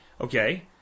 okay